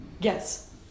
yes